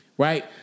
Right